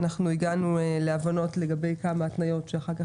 אנחנו הגענו להבנות לגבי כמה התניות שאחר כך,